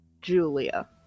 Julia